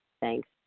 Thanks